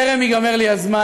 בטרם ייגמר לי הזמן,